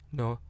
no